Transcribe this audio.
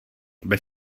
bez